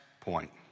point